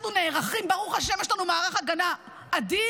אנחנו נערכים, ברוך השם, יש לנו מערך הגנה אדיר.